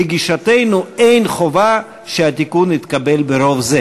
גישתנו היא שאין חובה שהתיקון יתקבל ברוב זה.